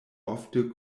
ofte